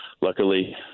luckily